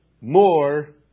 More